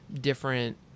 different